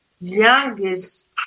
youngest